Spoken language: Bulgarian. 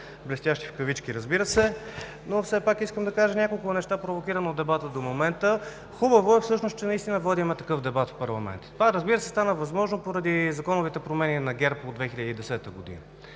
блестящи в кавички, разбира се. Но все пак искам да кажа няколко неща, провокиран от дебата до момента. Хубаво е всъщност, че наистина водим такъв дебат в парламента. Това, разбира се, стана възможно поради законовите промени на ГЕРБ от 2010 г.